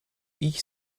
ich